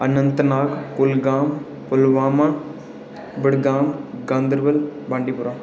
Anantnag Kulgam Pulwama Budgam Ganderbal Bandipora